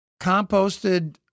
composted